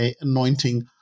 anointing